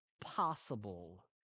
possible